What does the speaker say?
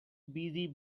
busy